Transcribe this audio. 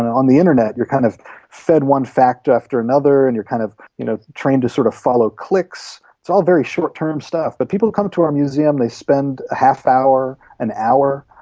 on the internet you're kind of fed one fact after another and you're kind of you know trained to sort of follow clicks, it's all very short term stuff. but people come to our museum, they spend a half hour, an hour,